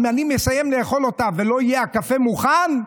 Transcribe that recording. אם אני מסיים לאכול אותה ולא יהיה קפה מוכן,